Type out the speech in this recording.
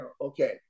okay